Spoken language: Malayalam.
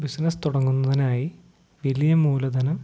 ബിസിനസ്സ് തുടങ്ങുന്നതിനായി വലിയ മൂലധനം